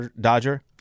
Dodger